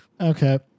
Okay